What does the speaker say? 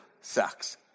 sucks